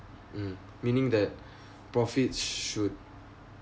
mm meaning that profit should